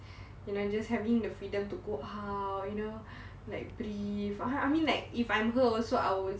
you know just having the freedom to go out you know like breathe I I mean like if I'm her also I will